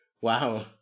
wow